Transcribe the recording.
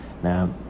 Now